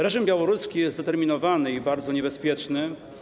Reżim białoruski jest zdeterminowany i bardzo niebezpieczny.